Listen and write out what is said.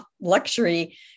luxury